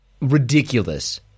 ridiculous